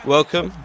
Welcome